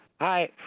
Hi